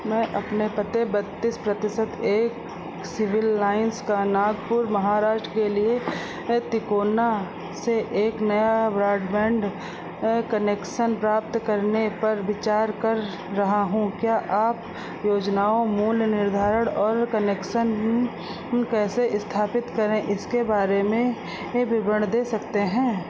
मैं अपने पते बत्तीस प्रतिशत एक सिविल लाइन्स का नागपुर महाराष्ट्र के लिए तिकोना से एक नया ब्रॉडबैंड कनेक्शन प्राप्त करने पर विचार कर रहा हूँ क्या आप योजनाओं मूल्य निर्धारण और कनेक्शन कैसे स्थापित करें इसके बारे में विवरण दे सकते हैं